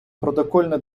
протокольне